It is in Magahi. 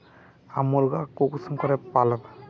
हम मुर्गा कुंसम करे पालव?